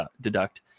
deduct